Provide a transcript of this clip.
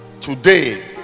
today